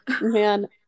man